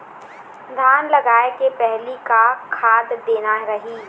धान लगाय के पहली का खाद देना रही?